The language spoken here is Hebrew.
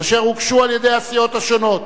אשר הוגשו על-ידי הסיעות השונות,